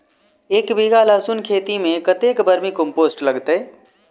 एक बीघा लहसून खेती मे कतेक बर्मी कम्पोस्ट लागतै?